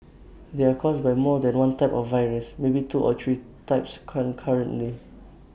they are caused by more than one type of virus maybe two or three types concurrently